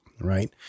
right